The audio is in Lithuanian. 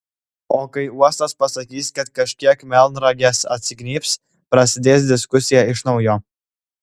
o kai uostas pasakys kad kažkiek melnragės atsignybs prasidės diskusija iš naujo